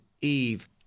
Eve